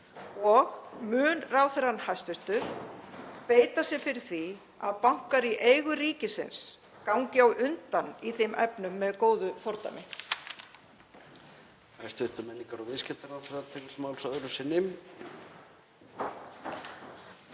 hæstv. ráðherra beita sér fyrir því að bankar í eigu ríkisins gangi á undan í þeim efnum með góðu fordæmi?